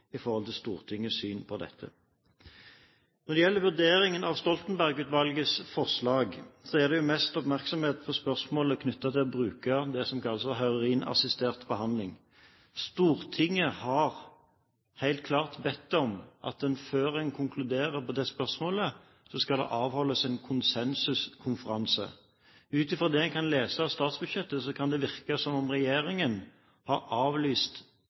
gjelder vurderingen av Stoltenberg-utvalgets forslag, er det mest oppmerksomhet knyttet til spørsmålet om det som kalles for heroinassistert behandling. Stortinget har helt klart bedt om at før en konkluderer i det spørsmålet, skal det avholdes en konsensuskonferanse. Ut fra det en kan lese av statsbudsjettet, kan det virke som om regjeringen har avlyst